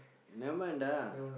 never mind ah